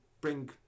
bring